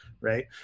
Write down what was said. right